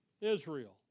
Israel